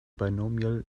binomial